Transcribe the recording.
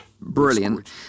brilliant